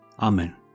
Amen